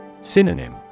Synonym